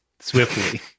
swiftly